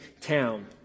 town